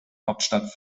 hauptstadt